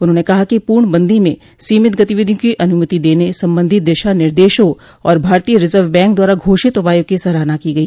उन्होंने कहा कि पूर्णबंदी में सीमित गतिविधियों की अनुमति देने संबधी दिशानिर्देशों और भारतीय रिजर्व बैंक द्वारा घोषित उपायों की सराहना की गई